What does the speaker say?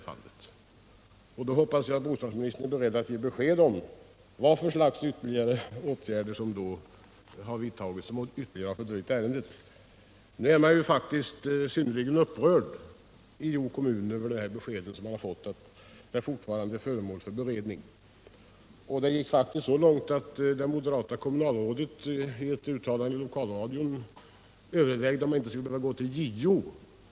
Jag hoppas att bostadsministern är beredd att ge besked om vad för slags ytterligare åtgärder som har vidtagits och ytterligare fördröjt ärendet. Man är faktiskt synnerligen upprörd i Hjo kommun över det besked man fått att ärendet fortfarande är föremål för beredning. Det har gått så långt att det moderata kommunalrådet i ett uttalande i lokalradion sagt sig överväga om man inte borde gå till JO.